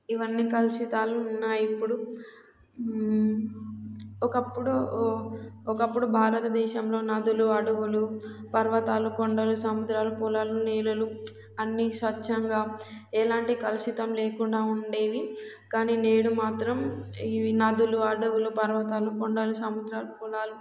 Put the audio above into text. ఇవన్నీ కలుషితాలు ఉన్నాయి ఇప్పుడు ఒకప్పుడు ఒకప్పుడు భారతదేశంలో నదులు అడవులు పర్వతాలు కొండలు సముద్రాలు పొలాలు నేలలు అన్నీ స్వచ్ఛంగా ఎలాంటి కలుషితం లేకుండా ఉండేవి కానీ నేడు మాత్రం ఇవి నదులు అడవులు పర్వతాలు కొండలు సముద్రాలు పొలాలు